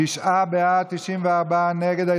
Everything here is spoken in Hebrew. תשעה בעד, 94 נגד.